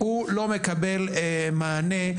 הוא לא מקבל מענה.